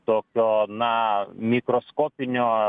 tokio na mikroskopinio